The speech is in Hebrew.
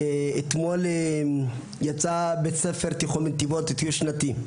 אתמול יצאו מבית הספר התיכון של נתיבות לטיול שנתי.